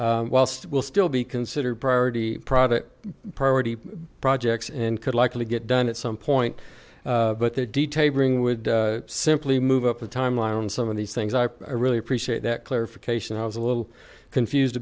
whilst will still be considered priority product priority projects and could likely get done at some point but they d tapering would simply move up the timeline on some of these things i really appreciate that clarification i was a little confused